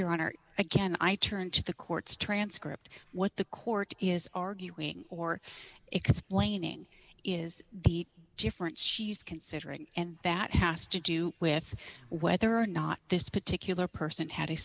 your honor again i turned to the court's transcript what the court is arguing or explaining is the difference she's considering and that has to do with whether or not this particular person had a